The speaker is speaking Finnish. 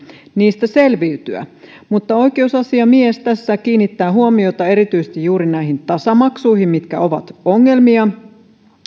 niistä selviytyä oikeusasiamies tässä kiinnittää huomiota erityisesti juuri näihin tasamaksuihin mitkä ovat ongelma